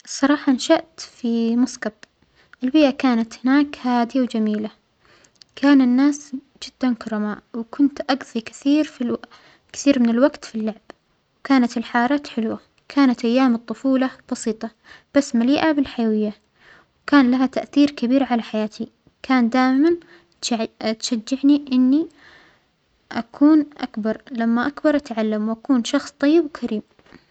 الصراحة نشأت في مسقط، البيئة كانت هناك هادية وجميلة، كان الناس جدا كرماء، وكنت أقظى كثير فالو-كثير من الوقت في اللعب، وكانت الحارات حلوة، كانت أيام الطفولة بسيطة بس مليئة بالحيوية، وكان لها تأثير كبير على حياتى، كان دائما تش-تشجعنى إنى أكون أكبر، لما أكبر أتعلم، وأكون شخص طيب وكريم.